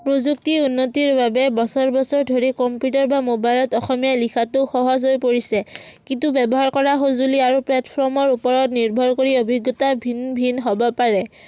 প্ৰযুক্তি উন্নতিৰ বাবে বছৰ বছৰ ধৰি কম্পিউটাৰ বা মোবাইলত অসমীয়া লিখাটো সহজ হৈ পৰিছে কিন্তু ব্যৱহাৰ কৰা সঁজুলি আৰু প্লেটফৰ্মৰ ওপৰত নিৰ্ভৰ কৰি অভিজ্ঞতা ভিন ভিন হ'ব পাৰে